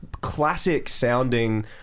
classic-sounding